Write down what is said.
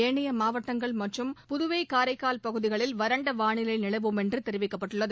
ஏனைய மாவட்டங்கள் மற்றும் புதுவை காரைக்கால் பகுதிகளில் வறண்ட வானிலை நிலவும் என்று தெரிவிக்கப்பட்டுள்ளது